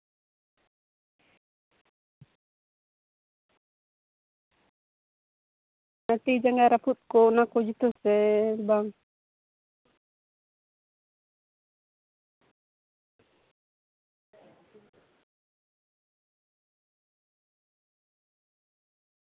ᱟᱨ ᱛᱤ ᱡᱟᱸᱜᱟ ᱨᱟᱹᱯᱩᱫ ᱠᱚᱜ ᱚᱱᱟ ᱠᱚ ᱡᱩᱛᱟ ᱥᱮ ᱵᱟᱝ